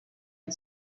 and